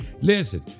listen